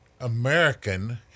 American